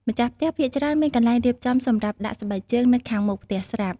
ម្ចាស់ផ្ទះភាគច្រើនមានកន្លែងរៀបចំសម្រាប់ដាក់ស្បែកជើងនៅខាងមុខផ្ទះស្រាប់។